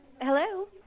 Hello